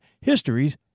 Histories